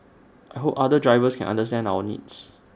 I hope other drivers can understand our needs